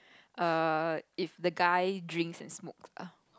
err if the guy drinks and smokes ah